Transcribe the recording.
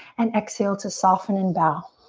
and exhale to soften and bow.